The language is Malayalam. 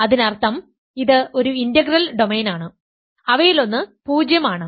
അതിനർത്ഥം ഇത് ഒരു ഇന്റഗ്രൽ ഡൊമെയ്നാണ് അവയിലൊന്ന് 0 ആണ്